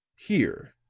here,